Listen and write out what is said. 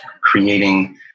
creating